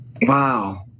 Wow